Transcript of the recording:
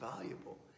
valuable